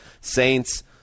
Saints